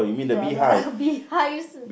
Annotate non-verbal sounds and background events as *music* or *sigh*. the the *laughs* bee hives